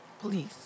please